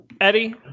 Eddie